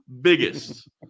biggest